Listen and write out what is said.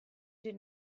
did